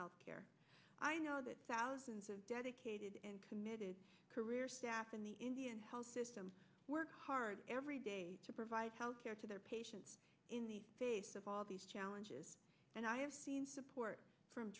health care i know that thousands of dedicated and committed career staff in the indian health system work hard every day to provide health care to their patients in the face of all these challenges and i have seen support from